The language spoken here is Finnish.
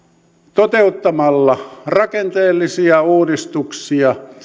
toteuttamalla rakenteellisia uudistuksia